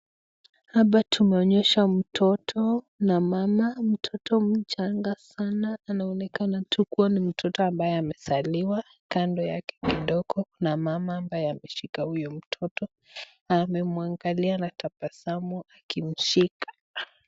Hapa tunaona mtoto mchanga sana na mama. Mtoto anaonekana ni kama amezaliwa, kando yake kidogo kuna mama amemwangalia na tabasamu kumshika.